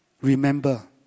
Remember